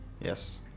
Yes